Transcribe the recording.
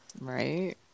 Right